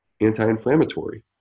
anti-inflammatory